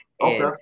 Okay